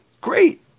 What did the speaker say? Great